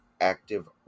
active